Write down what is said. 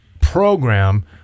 program